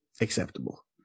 acceptable